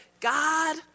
God